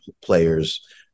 players